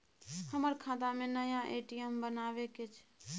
हमर खाता में नया ए.टी.एम बनाबै के छै?